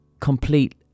complete